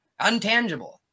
untangible